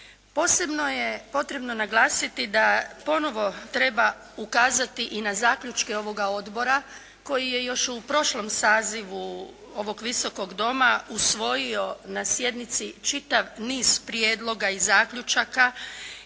Posebno je potrebno naglasiti da ponovo treba ukazati i na zaključke ovoga odbora koji je još u prošlom sazivu ovog Visokog doma usvojio na sjednici čitav niz prijedloga i zaključaka